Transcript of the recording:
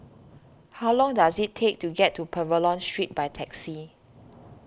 how long does it take to get to Pavilion Street by taxi